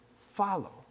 follow